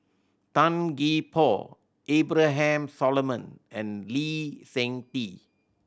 Tan Gee Paw Abraham Solomon and Lee Seng Tee